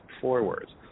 forwards